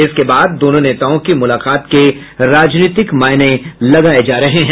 इसके बाद दोनों नेताओं की मुलाकात के राजनीतिक मायने लगाये जा रहे हैं